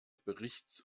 berichts